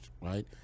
Right